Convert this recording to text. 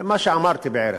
זה מה שאמרתי, בערך.